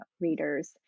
readers